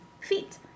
feet